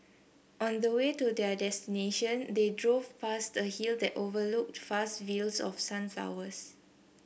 on the way to their destination they drove past a hill that overlooked vast fields of sunflowers